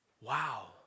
wow